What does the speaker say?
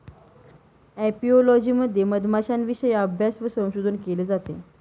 apiology मध्ये मधमाश्यांविषयी अभ्यास व संशोधन केले जाते